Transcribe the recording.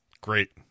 Great